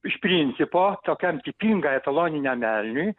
iš principo tokiam tipingam etaloniniam elniui